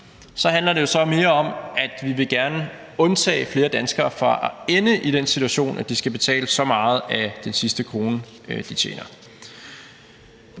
handler det mere om, at vi gerne vil undtage flere danskere fra at ende i den situation, hvor de skal betale så meget af den sidste krone, de tjener.